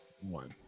one